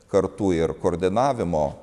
kartu ir koordinavimo